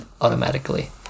automatically